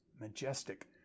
majestic